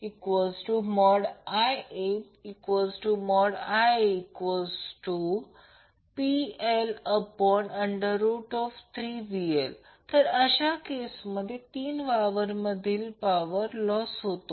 ILIaIaIaPL3VL तर अशा केसमध्ये 3 वायर मधील पॉवर लॉस होते